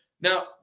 Now